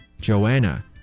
Joanna